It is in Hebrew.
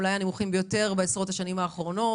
אולי הנמוכים ביותר בעשרות השנים האחרונות,